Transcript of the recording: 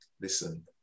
listen